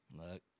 look